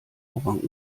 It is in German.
orang